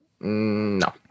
No